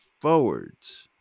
forwards